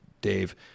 Dave